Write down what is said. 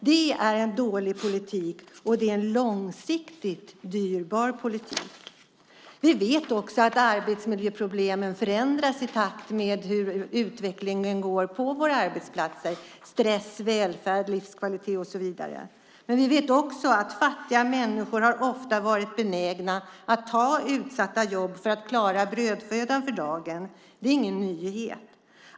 Det är en dålig politik, och det är en långsiktigt dyrbar politik. Vi vet att arbetsmiljöproblemen förändras i takt med utvecklingen på våra arbetsplatser i fråga om stress, välfärd, livskvalitet och så vidare. Men vi vet också att fattiga människor ofta har varit benägna att ta utsatta jobb för att klara brödfödan för dagen. Det är ingen nyhet.